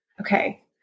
okay